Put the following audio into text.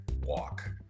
walk